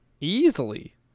Easily